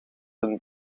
hun